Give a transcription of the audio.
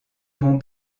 bon